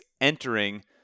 entering